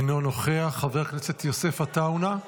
אינו נוכח, חבר הכנסת יוסף עטאונה,